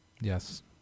yes